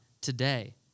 today